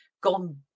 gone